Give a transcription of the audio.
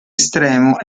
estremo